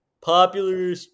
popular